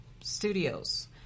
studios